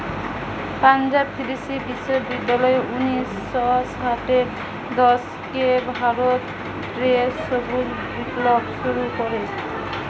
পাঞ্জাব কৃষি বিশ্ববিদ্যালয় উনিশ শ ষাটের দশকে ভারত রে সবুজ বিপ্লব শুরু করে